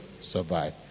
survive